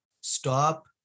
stop